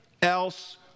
else